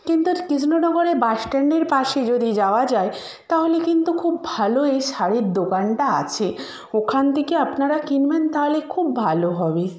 কিন্ত কৃষ্ণনগরে বাস স্ট্যাণ্ডের পাশে যদি যাওয়া যায় তাহলে কিন্তু খুব ভালো এই শাড়ির দোকানটা আছে ওখান থেকে আপনারা কিনবেন তাহলে খুব ভালো হবে